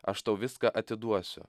aš tau viską atiduosiu